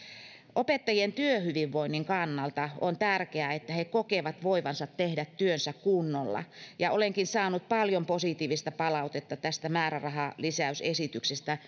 opettajien työhyvinvoinnin kannalta on tärkeää että he kokevat voivansa tehdä työnsä kunnolla ja olenkin saanut paljon positiivista palautetta tästä määrärahalisäysesityksestä